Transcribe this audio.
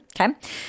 Okay